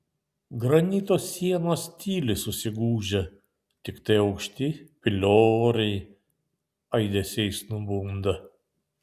granito sienos tyli susigūžę tiktai aukšti pilioriai aidesiais nubunda